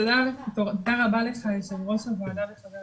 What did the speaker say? תודה רבה לך יו"ר הוועדה ח"כ